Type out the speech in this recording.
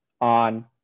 on